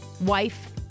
wife